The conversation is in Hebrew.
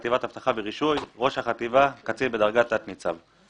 עומד קצין בדרגת תת ניצב.